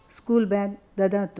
school bag ददातु